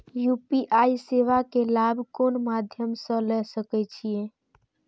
UPI सेवा के लाभ कोन मध्यम से ले सके छी?